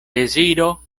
deziro